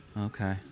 Okay